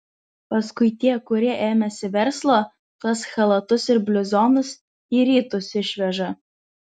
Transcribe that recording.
paskui tie kurie ėmėsi verslo tuos chalatus ir bliuzonus į rytus išveža